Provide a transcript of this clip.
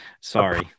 sorry